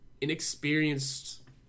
inexperienced